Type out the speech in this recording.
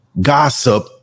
gossip